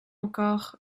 encore